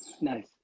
nice